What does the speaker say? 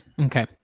Okay